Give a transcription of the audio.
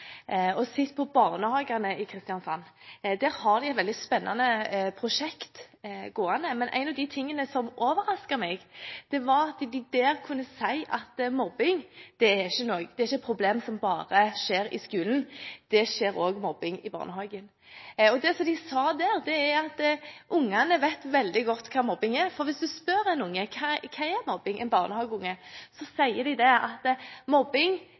og sett på barnehagene der. De har et veldig spennende prosjekt gående, men det som overrasket meg, var at de der kunne si at mobbing ikke bare er et problem i skolen. Det skjer også mobbing i barnehagen. De sa at ungene vet veldig godt hva mobbing er. Hvis man spør en barnehageunge om hva mobbing er, sier de at mobbing er erting – bare enda styggere. Det sier noe om hvor store og omfattende mobbeutfordringene våre er, og hvor bredt vi må tenke når vi skal ta tak i disse utfordringene. Jeg tror det